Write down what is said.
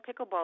pickleball